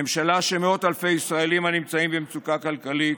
ממשלה שמאות אלפי ישראלים הנמצאים במצוקה כלכלית